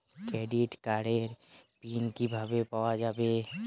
Credit কার্ডের PIN কিভাবে পাওয়া যাবে?